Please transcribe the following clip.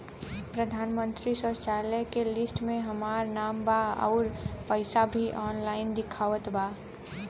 प्रधानमंत्री शौचालय के लिस्ट में हमार नाम बा अउर पैसा भी ऑनलाइन दिखावत बा